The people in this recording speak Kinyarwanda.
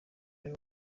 nawe